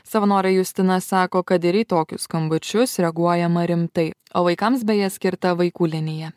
savanorė justina sako kad ir į tokius skambučius reaguojama rimtai o vaikams beje skirta vaikų linija